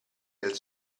del